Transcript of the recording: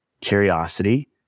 curiosity